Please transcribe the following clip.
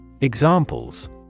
Examples